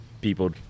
people